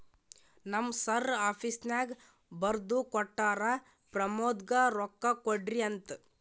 ನಮ್ ಸರ್ ಆಫೀಸ್ನಾಗ್ ಬರ್ದು ಕೊಟ್ಟಾರ, ಪ್ರಮೋದ್ಗ ರೊಕ್ಕಾ ಕೊಡ್ರಿ ಅಂತ್